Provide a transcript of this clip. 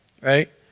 right